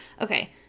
okay